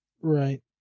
right